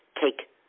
take